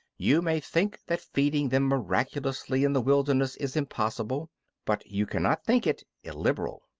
you may think that feeding them miraculously in the wilderness is impossible but you cannot think it illiberal.